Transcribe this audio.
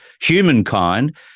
Humankind